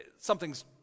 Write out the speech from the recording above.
something's